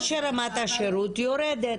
או שרמת השירות יורדת.